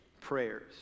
prayers